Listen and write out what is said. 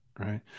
Right